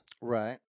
Right